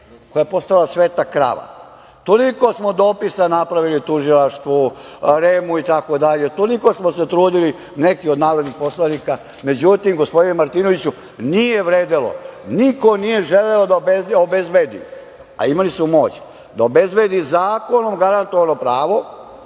koja je postala sveta krava. Toliko smo dopisa napravili Tužilaštvu, REM-u, itd. Toliko smo se trudili, neki od narodnih poslanika, međutim, gospodine Martinoviću, nije vredelo. Niko nije želeo da obezbedi, a imali su moć, da obezbedi zakonom garantovano pravo